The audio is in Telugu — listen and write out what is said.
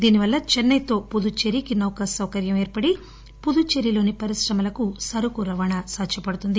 దీనివల్ల చెన్నైతో పుదుచ్చేరికి నౌక సౌకర్యం ఏర్పడి పుదుచ్చేరిలోని పరిశ్రమలకు సరుకు రవాణా సాధ్యపడుతుంది